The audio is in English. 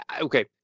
Okay